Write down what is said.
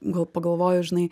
gal pagalvojo žinai